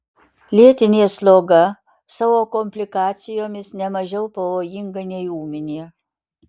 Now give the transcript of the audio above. lėtinė sloga savo komplikacijomis ne mažiau pavojinga nei ūminė